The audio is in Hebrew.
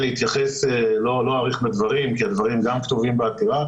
לא אאריך בדברים כי הדברים גם כתובים בעתירה.